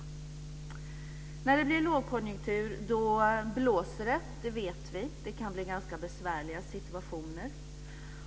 När det blir lågkonjunktur då blåser det. Det vet vi. Det kan bli ganska besvärliga situationer.